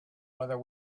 whether